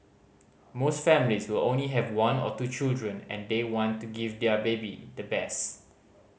most families will only have one or two children and they want to give their baby the best